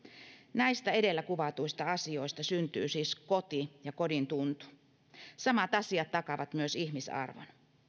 näistä edellä kuvatuista asioista syntyy siis koti ja kodin tuntu samat asiat takaavat myös ihmisarvon